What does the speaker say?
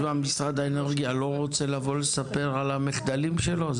משרד האנרגיה לא רוצה לבוא ולספר על המחדלים שלו?